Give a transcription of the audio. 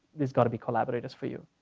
there's gotta be collaborators for you.